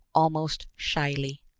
almost shyly.